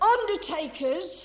Undertakers